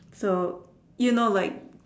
so you know like